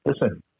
listen